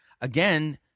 again